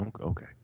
Okay